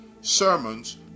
sermons